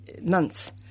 months